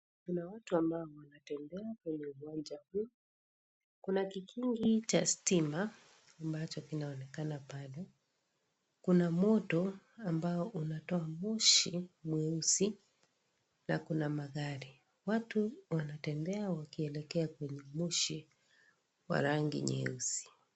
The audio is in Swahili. Kuna watu ambao wanatembea kwenye uwanja huu, Kuna kikingi Cha stima ambacho kinaonekana pale, Kuna moto ambao unatoa moshi mweusi na Kuna magari. Watu wanatembea wakielekea kwenye Moshi wa rangi nyeusi